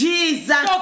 Jesus